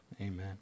Amen